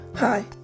Hi